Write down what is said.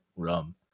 rum